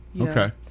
okay